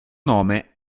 nome